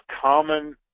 common